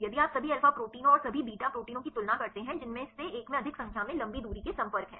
यदि आप सभी अल्फा प्रोटीनों और सभी बीटा प्रोटीनों की तुलना करते हैं जिनमें से एक में अधिक संख्या में लंबी दूरी के संपर्क हैं